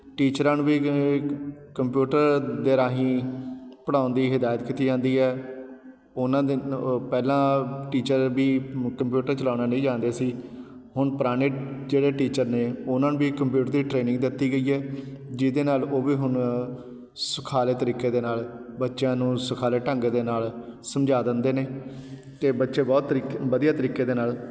ਟੀਚਰਾਂ ਨੂੰ ਵੀ ਕੰਪਿਊਟਰ ਦੇ ਰਾਹੀਂ ਪੜ੍ਹਾਉਣ ਦੀ ਹਿਦਾਇਤ ਕੀਤੀ ਜਾਂਦੀ ਹੈ ਉਹਨਾਂ ਦੇ ਅ ਪਹਿਲਾਂ ਟੀਚਰ ਵੀ ਕੰਪਿਊਟਰ ਚਲਾਉਣਾ ਨਹੀਂ ਜਾਣਦੇ ਸੀ ਹੁਣ ਪੁਰਾਣੇ ਜਿਹੜੇ ਟੀਚਰ ਨੇ ਉਹਨਾਂ ਨੂੰ ਵੀ ਕੰਪਿਊਟਰ ਦੀ ਟ੍ਰੇਨਿੰਗ ਦਿੱਤੀ ਗਈ ਹੈ ਜਿਹਦੇ ਨਾਲ ਉਹ ਵੀ ਹੁਣ ਸੁਖਾਲੇ ਤਰੀਕੇ ਦੇ ਨਾਲ ਬੱਚਿਆਂ ਨੂੰ ਸੁਖਾਲੇ ਢੰਗ ਦੇ ਨਾਲ ਸਮਝਾ ਦਿੰਦੇ ਨੇ ਅਤੇ ਬੱਚੇ ਬਹੁਤ ਤਰੀਕੇ ਵਧੀਆ ਤਰੀਕੇ ਦੇ ਨਾਲ